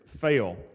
fail